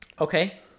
okay